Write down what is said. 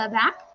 back